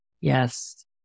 yes